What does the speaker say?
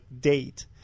date